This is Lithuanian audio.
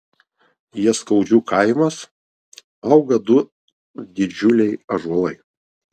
jaskaudžių kaimas auga du didžiuliai ąžuolai